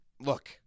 look